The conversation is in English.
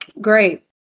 great